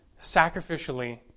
sacrificially